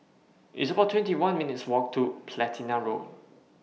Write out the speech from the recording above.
It's about two one minutes' Walk to Platina Road